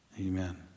Amen